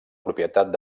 propietat